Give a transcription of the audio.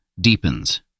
deepens